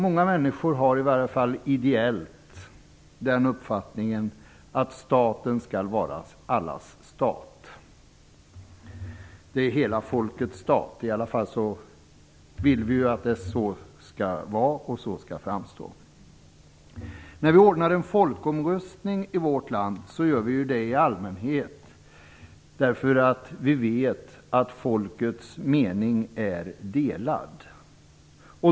Många människor har i varje fall ideellt den uppfattningen att staten skall vara allas stat. Det är hela folkets stat, i alla fall vill vi att det så skall vara och så skall framstå. När vi ordnar en folkomröstning i vårt land gör vi det i allmänhet därför att vi vet att folkets mening är delad.